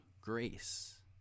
grace